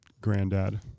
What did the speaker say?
granddad